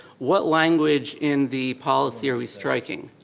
what language in the policy are we striking?